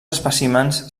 espècimens